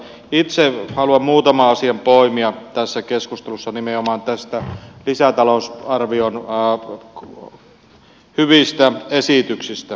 itse haluan muutaman asian poimia tässä keskustelussa nimenomaan tästä lisätalous arvion ja o lisätalousarvion hyvistä esityksistä